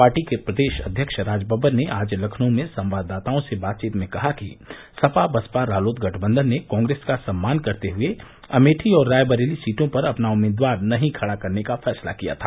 party के प्रदेश अध्यक्ष राजबब्बर ने आज लखनऊ में संवाददाताओं से बातचीत में कहा कि सपा बसपा रालोद गठबंधन ने कॉंग्रेस का सम्मान करते हये अमेठी और रायबरेली सीटों पर अपना उम्मीदवार नही खड़ा करने का फैसला किया था